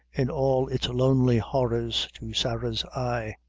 in all its lonely horrors, to sarah's eye.